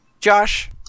Josh